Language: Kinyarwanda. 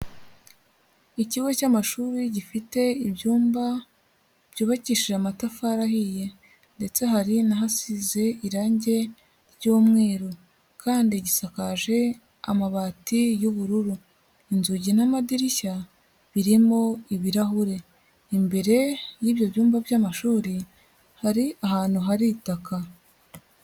Ikigo cy'amashuri gifite ibyumba byubakishije amatafari ahiye ndetse hari n'ahasize irange ry'umweru kandi gisakaje amabati y'ubururu. Inzugi n'amadirishya, birimo ibirahure. Imbere y'ibyo byumba by'amashuri, hari ahantu hari itaka.